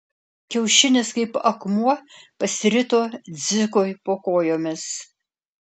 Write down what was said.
kiaušinis kaip akmuo pasirito dzikui po kojomis